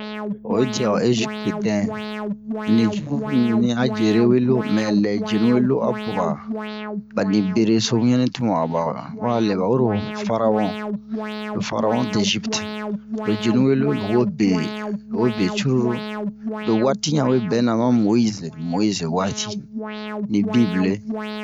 Oyi dia ho ezipte dɛn ni cruru mibini a jere we lo mɛ lɛ jenu we lo a po ba bani bereso wian ni tun wa aba ho a lɛ ba we ro farawon farawon-dezipte lo jenu we lo lo wo be lo wo be curulu lo waati yan we bɛna ma moyiz moyize waati ni bible